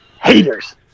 Haters